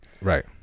Right